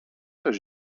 też